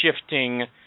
shifting